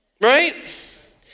Right